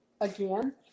again